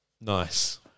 Nice